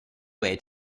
way